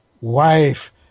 wife